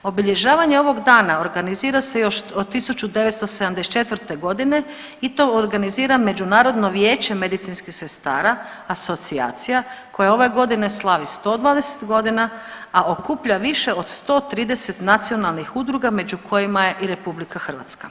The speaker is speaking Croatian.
Obilježavanje ovog dana organizira se još od 1974. godine i to organizira Međunarodno vijeće medicinskih sestara, asocijacija koja ove godine slavi 120 godina, a okuplja više od 130 nacionalnih udruga među kojima je i Republika Hrvatska.